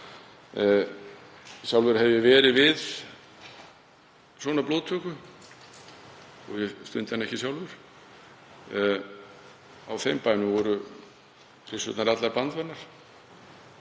Sjálfur hef ég verið við svona blóðtöku þótt ég stundi hana ekki sjálfur. Á þeim bænum voru hryssurnar allar bandvanar.